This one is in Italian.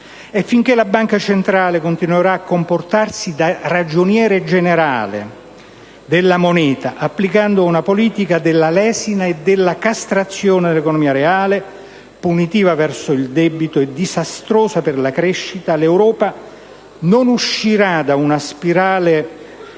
- «finché la Banca centrale continuerà a comportarsi da ragioniere generale della moneta, applicando una politica della lesina e della castrazione dell'economia reale, punitiva verso il debito e disastrosa per la crescita, l'Europa non uscirà da una spirale